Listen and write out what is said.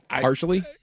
Partially